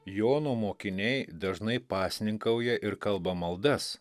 jono mokiniai dažnai pasninkauja ir kalba maldas